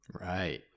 Right